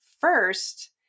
first